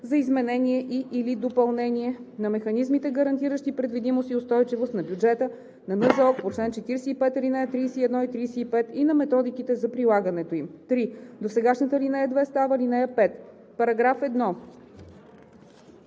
за изменение и/или допълнение на механизмите, гарантиращи предвидимост и устойчивост на бюджета на НЗОК по чл. 45, ал. 31 и 35, и на методиките за прилагането им.“ 3. Досегашната ал. 2 става ал. 5.“ По § 1